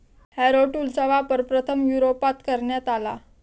Harrow टूलचा वापर प्रथम युरोपात करण्यात आला